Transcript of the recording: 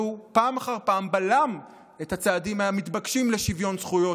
והוא בלם פעם אחר פעם את הצעדים המתבקשים לשוויון זכויות,